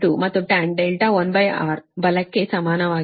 52 ಮತ್ತು tan R1 ಬಲಕ್ಕೆ ಸಮಾನವಾಗಿರುತ್ತದೆ